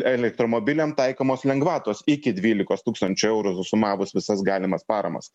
elektromobiliam taikomos lengvatos iki dvylikos tūkstančių eurų susumavus visas galimas paramas